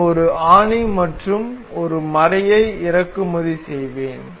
நான் ஒரு ஆணி மற்றும் ஒரு மறையை இறக்குமதி செய்வேன்